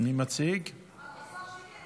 חוק ומשפט להכנתה לקריאה השנייה והשלישית.